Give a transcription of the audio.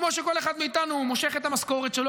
כמו שכל אחד מאיתנו מושך את המשכורת שלו